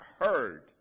heard